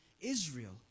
Israel